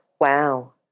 Wow